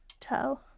toe